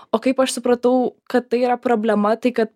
o kaip aš supratau kad tai yra problema tai kad